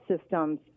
systems